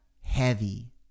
heavy